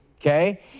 okay